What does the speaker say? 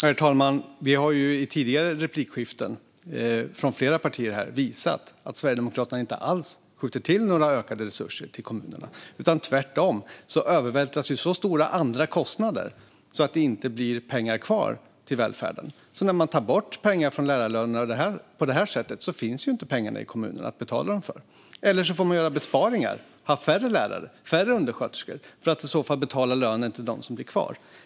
Herr talman! Vi har i tidigare replikskiften från flera partier visat att Sverigedemokraterna inte alls skjuter till några ökade resurser till kommunerna. Tvärtom övervältras så stora andra kostnader att det inte blir pengar kvar till välfärden. När man tar bort pengar från lärarlönerna på det här sättet finns inte pengarna i kommunerna att betala dem med. Eller också får man göra besparingar och ha färre lärare och färre undersköterskor för att i så fall betala lönen till dem som blir kvar.